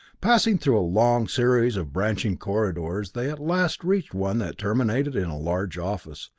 passing through a long series of branching corridors they at last reached one that terminated in a large office,